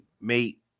mate